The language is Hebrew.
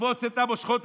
תתפוס את המושכות.